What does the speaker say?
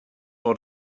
for